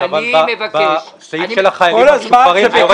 אבל בסעיף של החיילים המשוחררים זה יורד מהקרן.